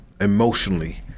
emotionally